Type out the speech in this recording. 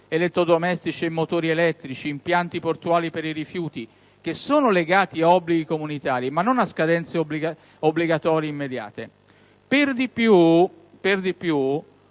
elettrodomestici e motori elettrici agli impianti portuali per i rifiuti, materie legate agli obblighi comunitari, ma non a scadenze obbligatorie immediate. Per di più,